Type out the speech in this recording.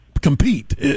compete